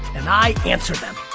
and i answer them.